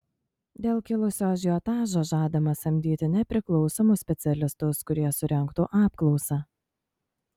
dėl kilusio ažiotažo žadama samdyti nepriklausomus specialistus kurie surengtų apklausą